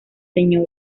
sra